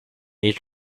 age